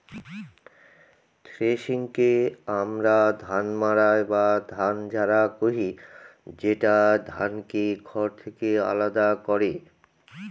থ্রেশিংকে আমরা ধান মাড়াই বা ধান ঝাড়া কহি, যেটা ধানকে খড় থেকে আলাদা করে